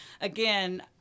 again